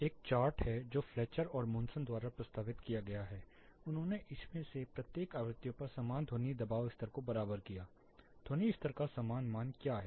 एक चार्ट है जो फ्लेचर और मुनसन द्वारा प्रस्तावित किया गया था उन्होंने इनमें से प्रत्येक आवृत्तियों पर समान ध्वनि दबाव स्तर को बराबर किया ध्वनि स्तर का समान मान क्या है